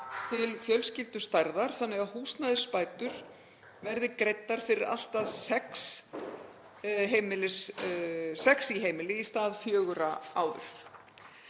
til fjölskyldustærðar þannig að húsnæðisbætur verði greiddar fyrir allt að sex í heimili í stað fjögurra áður.